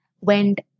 went